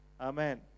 Amen